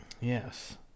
Yes